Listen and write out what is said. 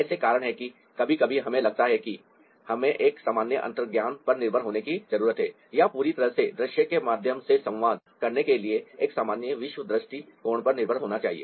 ऐसे कारण हैं कि कभी कभी हमें लगता है कि हमें एक सामान्य अंतर्ज्ञान पर निर्भर होने की जरूरत है या पूरी तरह से दृश्य के माध्यम से संवाद करने के लिए एक सामान्य विश्व दृष्टि कोण पर निर्भर होना चाहिए